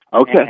Okay